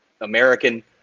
American